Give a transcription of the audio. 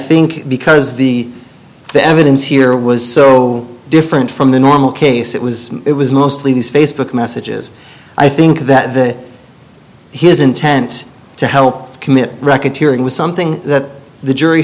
think because the the evidence here was so different from the normal case it was it was mostly these facebook messages i think that that his intent to help commit record hearing was something that the jury